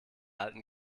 alten